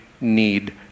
need